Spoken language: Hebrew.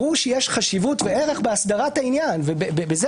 ברור שיש חשיבות וערך בהסדרת העניין ובזה